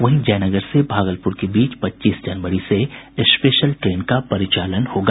वहीं जयनगर से भागलपुर के बीच पच्चीस जनवरी से स्पेशल ट्रेन का परिचालन होगा